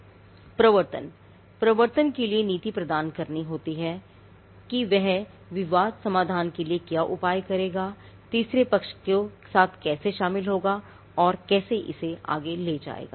प्रवर्तन प्रवर्तन के लिए नीति प्रदान करनी होती है कि वह विवाद समाधान के लिए क्या उपाय करेगा तीसरे पक्ष के साथ कैसे शामिल होगा और कैसे इसे आगे ले जाएगा